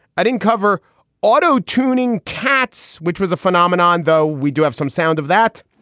i didn't cover auto tuning cats, which was a phenomenon, though we do have some sound of that